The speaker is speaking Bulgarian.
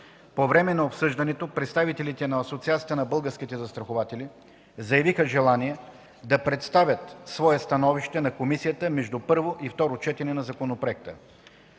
По време на обсъждането представителите на Асоциацията на българските застрахователи заявиха желание да представят свое становище на комисията между първо и второ четене на законопроекта.